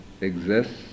exists